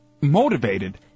motivated